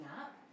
up